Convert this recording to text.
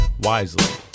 wisely